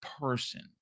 person